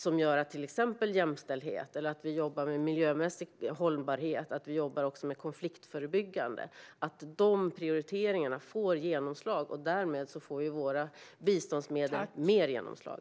Det gör att prioriteringarna av jämställdhet, hållbarhet och konfliktförebyggande får genomslag. Därmed får våra biståndsmedel ett större genomslag.